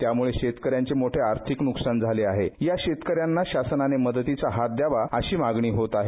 त्यामुळे शेतकऱ्यांचे मोठे आर्थिक नुकसान झाले आहे या शेतकऱ्यांना शासनाने मदतीचा हात द्यावा अशी मागणी होत आहे